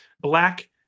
Black